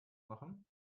machen